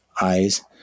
eyes